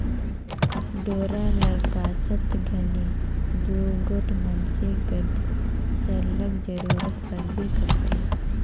डोरा ल कसत घनी दूगोट मइनसे कर सरलग जरूरत परबे करथे